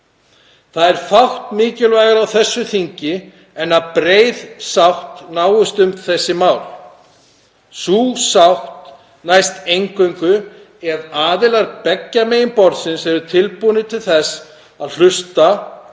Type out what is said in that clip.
Það er fátt mikilvægara á þessu þingi en að breið sátt náist um þessi mál. Sú sátt næst eingöngu ef aðilar beggja megin borðsins eru tilbúnir til þess að hlusta af